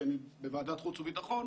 כי אני בוועדת חוץ וביטחון,